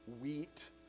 wheat